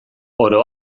oro